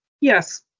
Yes